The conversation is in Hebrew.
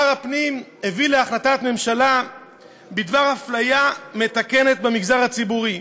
שר הפנים הביא להחלטת ממשלה בדבר אפליה מתקנת במגזר הציבורי,